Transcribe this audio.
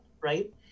right